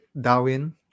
Darwin